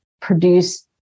produce